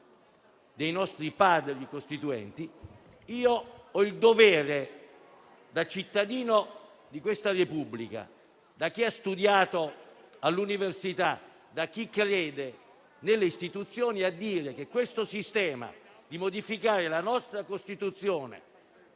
dei nostri Padri costituenti. Ho il dovere, da cittadino di questa Repubblica, da persona che ha studiato all'università e che crede nelle istituzioni, di dire che questo sistema di modificare la nostra Costituzione